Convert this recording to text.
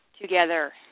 together